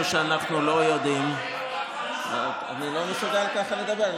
שאנחנו לא יודעים אני לא מסוגל לדבר כך.